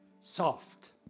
soft